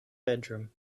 bedroom